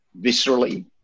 viscerally